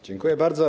Dziękuję bardzo.